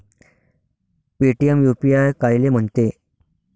Paytm UPI कायले म्हनते?